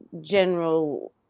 general